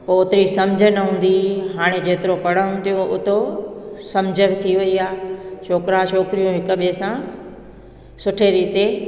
पोइ ओतिरी सम्झ न हूंदी हाणे जेतिरो पढ़नि थियूं ओतिरो सम्झ बि थी वई आहे छोकिरा छोकिरियूं हिकु ॿिए सां सुठे रीते